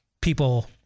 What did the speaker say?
people